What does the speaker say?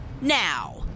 now